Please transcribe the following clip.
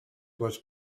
was